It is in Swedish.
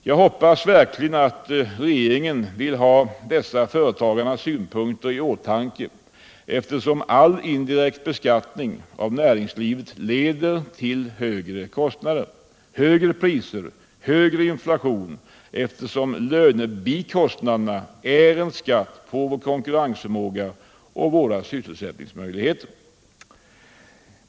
Jag hoppas verkligen att regeringen vill ha dessa företagarnas synpunkter i åtanke; all indirekt beskattning av näringslivet leder ju till högre kostnader, högre priser och högre inflation, eftersom lönebikostnaderna är en skatt på vår konkurrensförmåga och våra sysselsättningsmöjligheter.